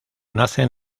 nacen